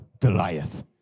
Goliath